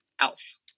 else